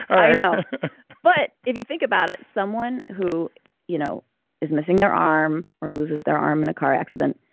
i know. but if you think about it, someone who you know is missing their arm or loses their arm in a car accident,